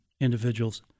individuals